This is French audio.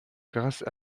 grâce